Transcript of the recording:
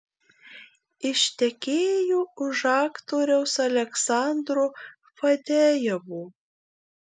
ištekėjo už aktoriaus aleksandro fadejevo